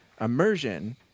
Immersion